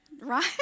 Right